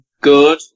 good